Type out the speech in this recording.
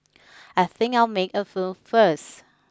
I think I'll make a move first